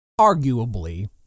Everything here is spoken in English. Arguably